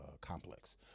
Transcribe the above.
Complex